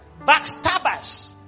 backstabbers